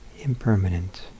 Impermanent